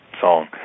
song